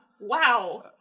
Wow